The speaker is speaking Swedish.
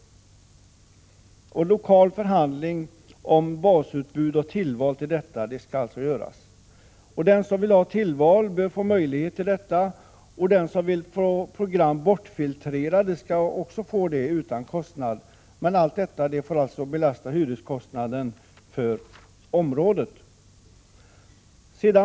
Sedan skall det föras lokal förhandling om basutbud och tillval till detta. Den som vill ha tillval bör få möjlighet till det, och den som vill ha program bortfiltrerade skall också få det utan kostnad, men allt detta får alltså belasta hyreskostnaden för området.